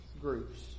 groups